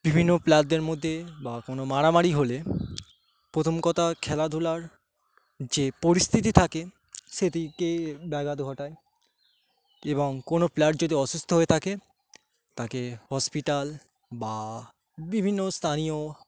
বিভিন্ন প্লেয়ারদের মধ্যে বা কোনো মারামারি হলে প্রথম কথা খেলাধুলার যে পরিস্থিতি থাকে সেটিকে ব্যাঘাত ঘটায় এবং কোনো প্লেয়ার যদি অসুস্থ হয়ে থাকে তাকে হসপিটাল বা বিভিন্ন স্থানীয়